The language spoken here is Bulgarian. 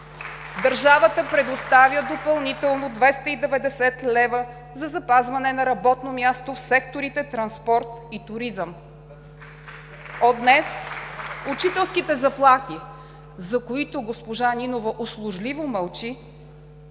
Държавата предоставя допълнително 290 лв. за запазване на работно място в секторите „Транспорт“ и „Туризъм“. (Ръкопляскания от ГЕРБ.) От днес учителските заплати, за които госпожа Нинова услужливо мълчи,